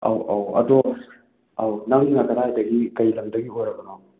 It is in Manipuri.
ꯑꯧ ꯑꯧ ꯑꯗꯣ ꯑꯧ ꯅꯪꯅ ꯀꯗꯥꯏꯗꯒꯤ ꯀꯔꯤ ꯂꯝꯗꯒꯤ ꯑꯣꯏꯔꯕꯅꯣ